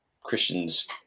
christians